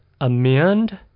amend